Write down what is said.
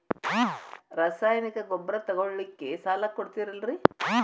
ರಾಸಾಯನಿಕ ಗೊಬ್ಬರ ತಗೊಳ್ಳಿಕ್ಕೆ ಸಾಲ ಕೊಡ್ತೇರಲ್ರೇ?